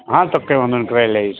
હાં તો કંઈ વાંધો નહીં જોઈ લઇશ